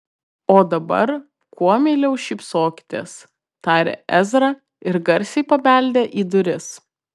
o dabar kuo meiliau šypsokitės tarė ezra ir garsiai pabeldė į duris